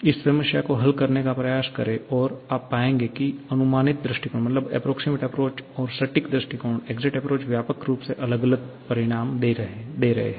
इसी समस्या को हल करने का प्रयास करें और आप पाएंगे कि अनुमानित दृष्टिकोण और सटीक दृष्टिकोण व्यापक रूप से अलग अलग परिणाम दे रहे हैं